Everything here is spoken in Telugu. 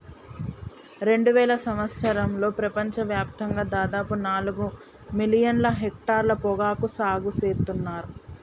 రెండువేల సంవత్సరంలో ప్రపంచ వ్యాప్తంగా దాదాపు నాలుగు మిలియన్ల హెక్టర్ల పొగాకు సాగు సేత్తున్నర్